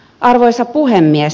arvoisa puhemies